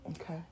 Okay